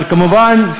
אבל, כמובן,